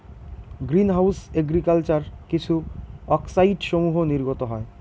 green house agriculture কিছু অক্সাইডসমূহ নির্গত হয়